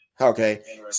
Okay